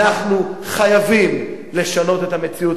אנחנו חייבים לשנות את המציאות,